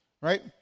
right